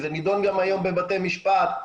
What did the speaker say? זה נידון גם היום בבתי משפט.